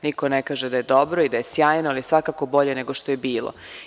Niko ne kaže da je dobro, da je sjajno, ali je svakako bolje nego što je bilo.